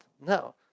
No